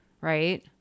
Right